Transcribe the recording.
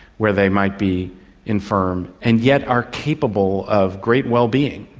where they might be infirm, and yet are capable of great well-being.